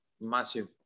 massive